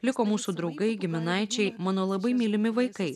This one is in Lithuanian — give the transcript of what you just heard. liko mūsų draugai giminaičiai mano labai mylimi vaikai